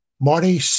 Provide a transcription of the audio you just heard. Marty